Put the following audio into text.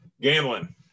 gambling